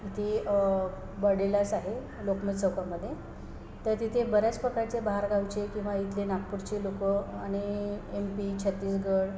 ते बर्डीलाच आहे लोकमत चौकामध्ये तर तिथे बऱ्याच प्रकारचे बाहेरगावचे किंवा इथले नागपूरचे लोकं आणि एम पी छत्तीसगड